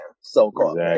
So-called